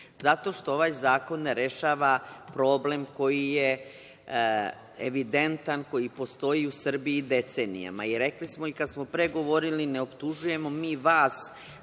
zato što ovaj zakon ne rešava problem koji je evidentan, koji postoji u Srbiji decenijama. Rekli smo i kada smo pre govorili, ne optužujemo mi vas